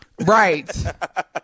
Right